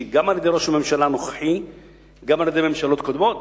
גם על-ידי ראש הממשלה הנוכחי וגם על-ידי ממשלות קודמות.